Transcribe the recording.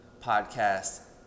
podcast